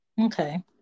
Okay